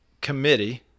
committee